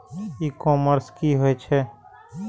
ई commerce की होय छेय?